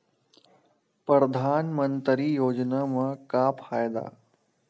परधानमंतरी योजना म का फायदा?